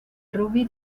rugby